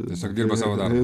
tiesiog dirba savo darbą